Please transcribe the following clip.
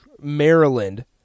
Maryland